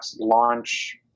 launch